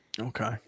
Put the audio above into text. Okay